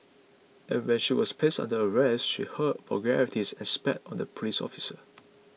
and when she was placed under arrest she hurled vulgarities and spat on the police officer